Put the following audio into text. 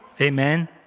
Amen